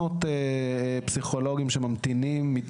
יש מעל 600 מתמחים בפסיכולוגיה שיושבים בחוץ ומחכים